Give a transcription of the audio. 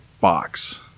box